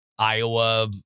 Iowa